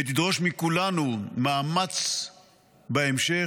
ותדרוש מכולנו מאמץ בהמשך.